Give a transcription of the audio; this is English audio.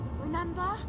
remember